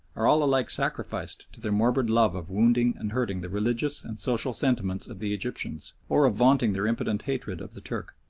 are all alike sacrificed to their morbid love of wounding and hurting the religious and social sentiments of the egyptians, or of venting their impotent hatred of the turk.